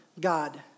God